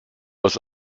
aus